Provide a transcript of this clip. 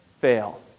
fail